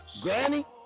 Granny